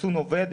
החיסון עובד,